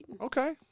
Okay